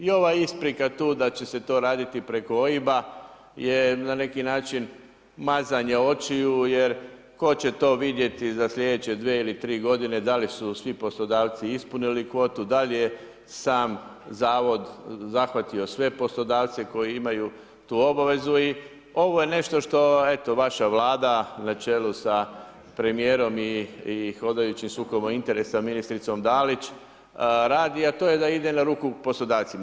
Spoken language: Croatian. I ova isprika tu da će se to raditi preko OIB-a je, na neki način, mazanje očiju jer tko će vidjeti za slijedeće dvije ili tri godine da li su svi poslodavci ispunili kvotu, da li sam Zavod zahvatio sve poslodavce koji imaju tu obavezu i ovo je nešto što eto, vaša Vlada na čelu sa premijerom i hodajućim sukobom interesa ministricom Dalić radi, a to je da ide na ruku poslodavcima.